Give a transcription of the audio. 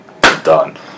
done